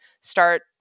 start